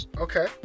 Okay